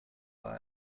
war